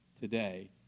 today